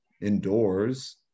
indoors